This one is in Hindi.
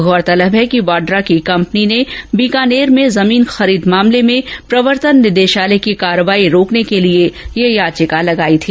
गौरतलब है कि वाड्रा की कंपनी ने बीकानेर में जमीन खरीद मामले में प्रवर्तन निदेशालय की कार्रवाई रोकने के लिए ये याचिका लगाई गई थी